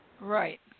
Right